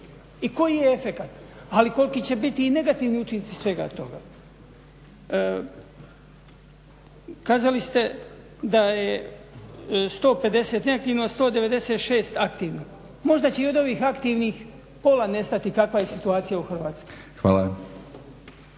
i koji je efekat, ali i koliki će biti negativni učinci svega toga? Kazali ste da je 150 neaktivno, a 196 aktivno, možda će i od ovih aktivnih pola nestati kakva je situacija u Hrvatskoj.